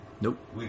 Nope